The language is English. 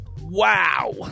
Wow